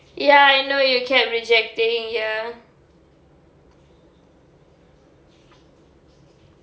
ya I know you kept rejecting ya